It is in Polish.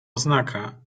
oznaka